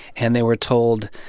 and they were told,